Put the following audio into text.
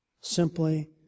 simply